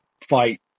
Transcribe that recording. fight